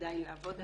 עדיין לעבוד עליו.